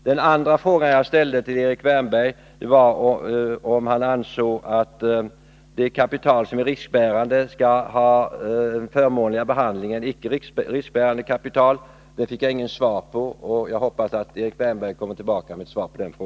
Den andra fråga jag ställde till Erik Wärnberg var om han ansåg att det kapital som är riskbärande skall ha en förmånligare behandling än icke riskbärande kapital. Jag fick inget svar på den frågan, men jag hoppas att Erik Wärnberg återkommer med det.